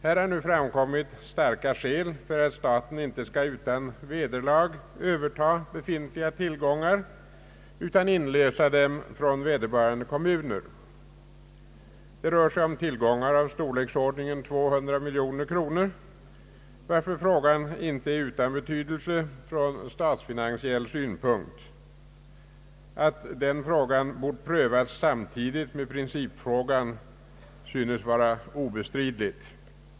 Här har nu framkommit starka skäl för att staten icke skall utan vederlag överta befintliga tillgångar utan i stället inlösa dem från vederbörande kom muner. Det rör sig om tillgångar av storleksordningen 200 miljoner kronor, varför frågan inte är utan betydelse från statsfinansiell synpunkt. Att denna fråga bort prövas samtidigt med principfrågan synes obestridligt.